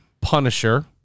Punisher